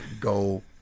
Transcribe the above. go